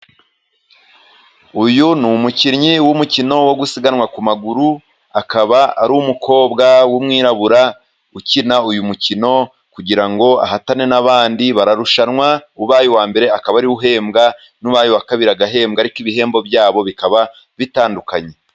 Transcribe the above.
Uyu ni umukinnyi w'umukino wo gusiganwa ku maguru, akaba ari umukobwa w'umwirabura ukina uyu mukino kugira ngo ahatane n'abandi. Bararushanwa ubaye uwa mbere akaba ariwe uhembwa, n'ubaye uwa kabiri agahembwa, ariko ibihembo byabo bikaba bitandukanye.